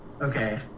Okay